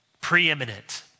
preeminent